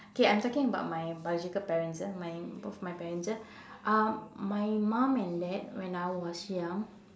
okay I'm talking about my biological parents ah my both my parents ah um my mum and dad when I was young